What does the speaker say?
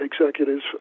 executives